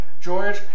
George